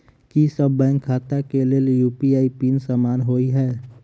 की सभ बैंक खाता केँ लेल यु.पी.आई पिन समान होइ है?